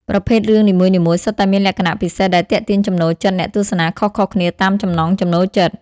ប្រភេទរឿងនីមួយៗសុទ្ធតែមានលក្ខណៈពិសេសដែលទាក់ទាញចំណូលចិត្តអ្នកទស្សនាខុសៗគ្នាតាមចំណង់ចំណូលចិត្ត។